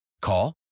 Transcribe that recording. Call